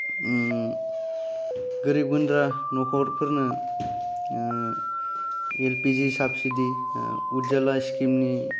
गोरिब गुनद्रा न'खरफोरनो L P G subsidy Ujala स्किमनि